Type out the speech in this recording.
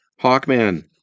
Hawkman